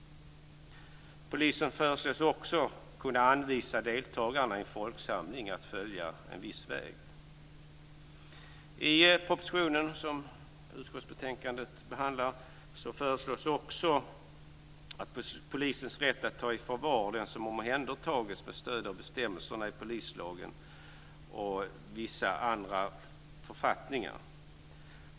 Polisen föreslås också få rätt att kunna anvisa deltagarna i en folksamling att följa en viss väg. I propositionen som utskottsbetänkandet behandlar föreslås polisen få rätt att ta i förvar den som omhändertagits med stöd av bestämmelserna i polislagen och i vissa författningar.